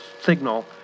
signal